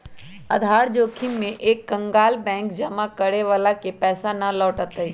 उधार जोखिम में एक कंकगाल बैंक जमा करे वाला के पैसा ना लौटय तय